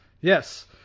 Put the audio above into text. Yes